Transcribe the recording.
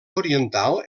oriental